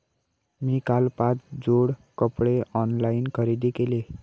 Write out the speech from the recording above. मी काल पाच जोड कपडे ऑनलाइन खरेदी केले